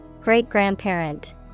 Great-grandparent